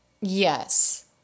Yes